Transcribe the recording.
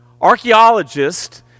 Archaeologists